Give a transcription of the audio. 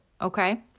okay